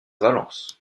valence